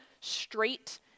straight